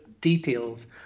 details